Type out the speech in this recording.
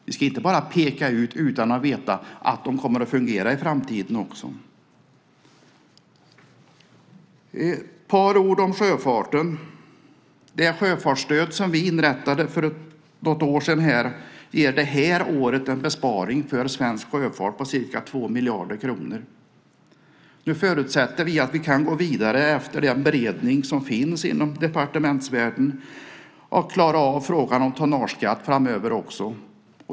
Vi ska inte enbart peka ut dem utan att veta att de kommer att fungera i framtiden. Ett par ord om sjöfarten. Det sjöfartsstöd som vi införde för ett par år sedan ger det här året en besparing för svensk sjöfart på ca 2 miljarder kronor. Då förutsätter vi att vi kan gå vidare efter den beredning som finns inom departementet och också klara av frågan om tonnageskatt.